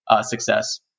success